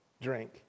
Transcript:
drink